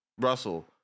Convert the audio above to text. Russell